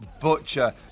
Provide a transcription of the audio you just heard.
Butcher